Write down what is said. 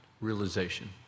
realization